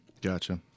Gotcha